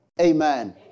Amen